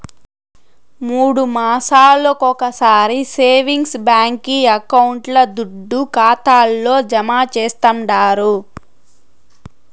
మూడు మాసాలొకొకసారి savings bank అకౌంట్ల దుడ్డు ఖాతాల్లో జమా చేస్తండారు